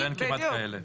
אבל אין כמעט כאלה.